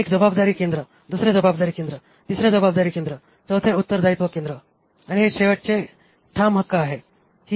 एक जबाबदारी केंद्र दुसरे जबाबदारी केंद्र तिसरे जबाबदारीचे केंद्र चौथे उत्तरदायित्व केंद्र आणि हे शेवटचे ते ठाम हक्क आहे